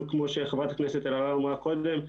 כמו שחברת הכנסת אלהרר אמרה קודם,